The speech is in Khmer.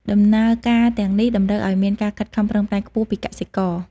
ដំណើរការទាំងនេះ តម្រូវឱ្យមានការខិតខំប្រឹងប្រែងខ្ពស់ពីកសិករ។